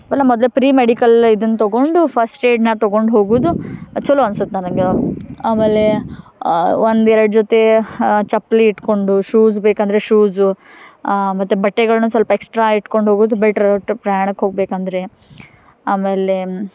ಇವೆಲ್ಲ ಮೊದಲೇ ಪ್ರೀಮೆಡಿಕಲ್ ಇದನ್ನು ತಗೊಂಡು ಫಸ್ಟ್ ಎಯ್ಡನ್ನ ತಗೊಂಡು ಹೋಗುವುದು ಛಲೋ ಅನ್ಸುತ್ತೆ ನನಗೆ ಆಮೇಲೆ ಒಂದು ಎರಡು ಜೊತೆ ಚಪ್ಪಲಿ ಇಟ್ಟುಕೊಂಡು ಶೂಸ್ ಬೇಕಂದರೆ ಶೂಸು ಮತ್ತು ಬಟ್ಟೆಗಳ್ನು ಸಲ್ಪ ಎಕ್ಸ್ಟ್ರಾ ಇಟ್ಕೊಂಡು ಹೋಗುವುದು ಬೆಟ್ರ್ ಒಟ್ಟು ಪ್ರಯಾಣಕ್ಕೆ ಹೋಗಬೇಕಂದ್ರೆ ಆಮೇಲೆ